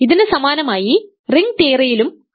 ഇതിനു സമാനമായി റിംഗ് തിയറിയിലും അവയുണ്ട്